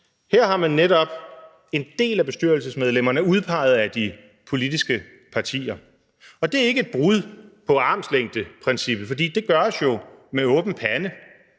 Her er netop en del af bestyrelsesmedlemmerne udpeget af de politiske partier, og det er ikke et brud på armslængdeprincippet, for det gøres jo med åben pande.